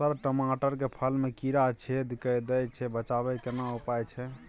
Sir टमाटर के फल में कीरा छेद के दैय छैय बचाबै के केना उपाय छैय?